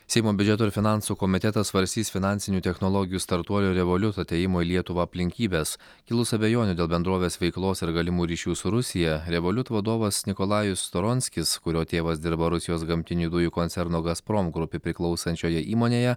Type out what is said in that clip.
seimo biudžeto ir finansų komitetas svarstys finansinių technologijų startuolio revoliut atėjimo į lietuvą aplinkybes kilus abejonių dėl bendrovės veiklos ir galimų ryšių su rusija revoliut vadovas nikolajus storonskis kurio tėvas dirba rusijos gamtinių dujų koncerno gazprom grupei priklausančioje įmonėje